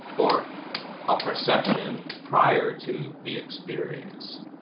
or a perception prior to the experience.